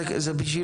אבל אנחנו עוד נחזור